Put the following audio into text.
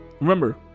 Remember